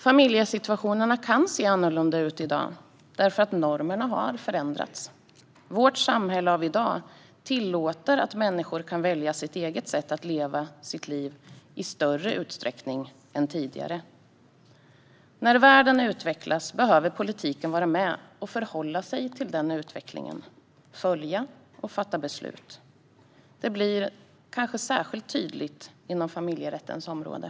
Familjesituationerna kan se annorlunda ut i dag, därför att normerna har förändrats. Vårt samhälle av i dag tillåter människor att välja sitt eget sätt att leva sitt liv i större utsträckning än tidigare. När världen utvecklas behöver politiken vara med och förhålla sig till och följa utvecklingen och fatta beslut. Det blir kanske särskilt tydligt inom familjerättens område.